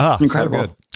incredible